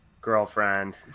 girlfriend